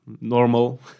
normal